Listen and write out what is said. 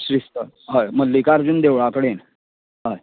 श्री स्थळ हय मल्लिकार्जून देवळा कडेन